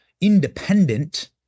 independent